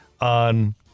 on